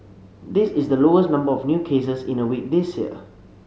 this is the lowest number of new cases in a week this year